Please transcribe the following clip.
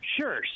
Sure